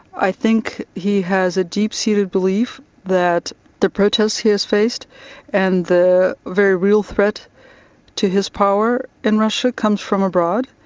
i think he has a deep-seated belief that the protest he has faced and the very real threat to his power in russia comes from abroad,